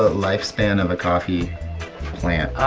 ah life span of a coffee plant?